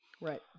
right